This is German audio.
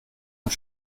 und